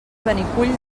benicull